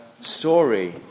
story